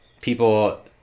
People